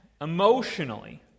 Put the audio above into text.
emotionally